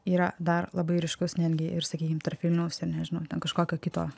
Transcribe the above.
yra dar labai ryškus netgi ir sakykim tarp vilniaus ir nežinau ten kažkokio kito